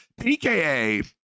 PKA